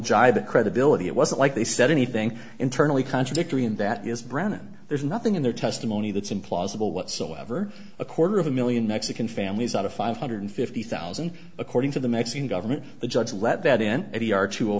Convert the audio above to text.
jibe credibility it wasn't like they said anything internally contradictory and that is brown there's nothing in their testimony that's implausible whatsoever a quarter of a million mexican families out of five hundred fifty thousand according to the mexican government the judge let that in